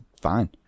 Fine